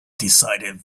decided